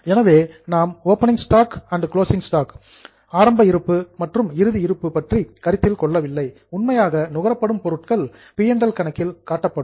எனவே நாம் opening stock ஆரம்ப இருப்பு மற்றும் கிளோசிங் ஸ்டாக் இறுதி இருப்பு பற்றிய கருத்தில் கொள்ளவில்லை உண்மையாக நுகரப்படும் பொருட்கள் பி அண்ட் எல் கணக்கில் காட்டப்படும்